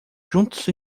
juntos